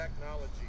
technology